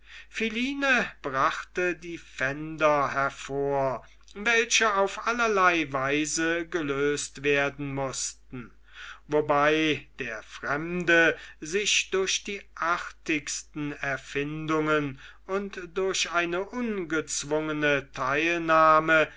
philine brachte die pfänder hervor welche auf allerlei weise gelöst werden mußten wobei der fremde sich durch die artigsten erfindungen und durch eine ungezwungene teilnahme